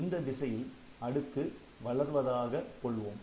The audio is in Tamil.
இந்த திசையில் அடுக்கு வளர்வதாக கொள்வோம்